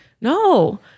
no